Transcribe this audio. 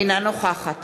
אינה נוכחת